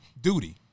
duty